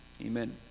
Amen